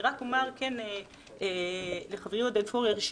רק אומר לחברי עודד פורר,